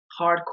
hardcore